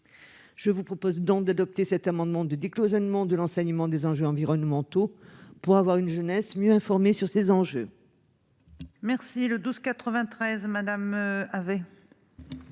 Je vous propose donc d'adopter cet amendement de décloisonnement de l'enseignement des enjeux environnementaux, afin que la jeunesse soit mieux informée sur le sujet.